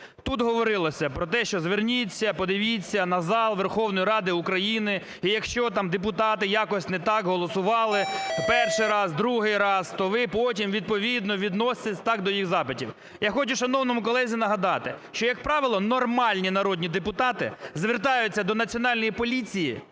Тут говорилося про те, що зверніться, подивіться на зал Верховної Ради України, і якщо там депутати якось не так голосували перший раз, другий раз, то ви потім відповідно відноситесь так до їх запитів. Я хочу шановному колезі нагадати, що, як правило, нормальні народні депутати звертаються до Національної поліції